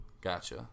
Gotcha